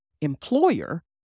employer